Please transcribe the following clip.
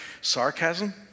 sarcasm